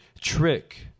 trick